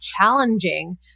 challenging